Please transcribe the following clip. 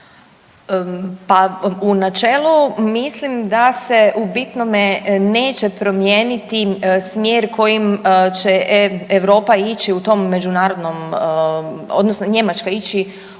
U načelu, mislim da se u bitno neće promijeniti smjer kojim će Europa ići u tom međunarodnom, odnosno Njemačka ići